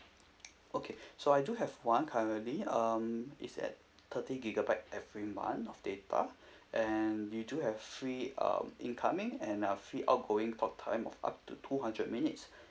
okay so I do have one currently um it's at thirty gigabyte every month of data and we do have a free um incoming and uh free outgoing talk time of up to two hundred minutes